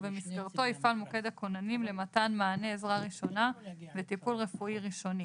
ובמסגרתו יפעל מוקד הכוננים למתן מענה עזרה ראשונה וטיפול רפואי ראשוני.